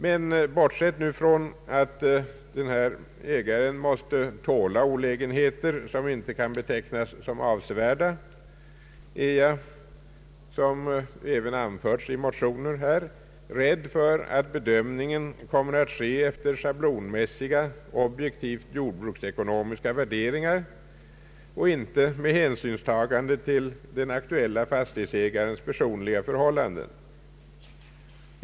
Men bortsett från att denne ägare måste tåla olägenheter som inte kan betecknas som avsevärda är jag, som jag även anfört i en motion, rädd för att bedömningen kommer att ske efter schablonmässiga, objektivt jordbruksekonomiska värderingar och inte med hänsynstagande till den aktuelle fastighetsägarens personliga förhållanden.